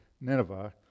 Nineveh